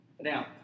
Now